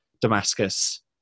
Damascus